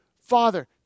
Father